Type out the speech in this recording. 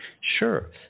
Sure